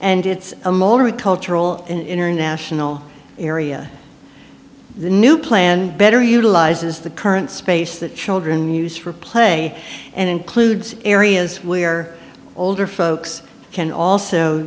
and it's a multicultural international area the new plan better utilizes the current space that children use for play and includes areas where older folks can also